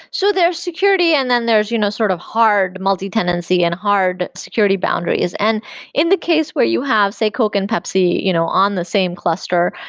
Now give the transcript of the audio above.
so there's security and then there's you know sort of hard multi-tenancy and hard security boundaries. and in the case where you have, say, coke and pepsi you know on the same cluster,